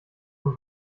von